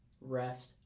rest